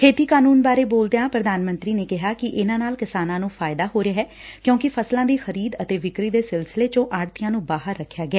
ਖੇਤੀ ਕਾਨੂੰਨ ਬਾਰੇ ਬੋਲਦਿਆਂ ਪ੍ਧਾਨ ਮੰਤਰੀ ਨੇ ਕਿਹਾ ਕਿ ਇਨੂਾ ਨਾਲ ਕਿਸਾਨਾਂ ਨੂੰ ਫਾਇਦਾ ਹੋ ਰਿਹੈ ਕਿਉਂਕਿ ਫਸਲਾਂ ਦੀ ਖਰੀਦ ਅਤੇ ਵਿਕਰੀ ਦੇ ਸਿਲਸਿਲੇ ਚੋਂ ਆੜਤੀਆਂ ਨੂੰ ਬਾਹਰ ਰੱਖਿਆ ਗਿਆ